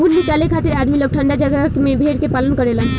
ऊन निकाले खातिर आदमी लोग ठंडा जगह में भेड़ के पालन करेलन